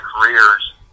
careers